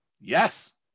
Yes